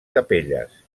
capelles